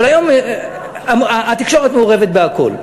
אבל היום התקשורת מעורבת בכול.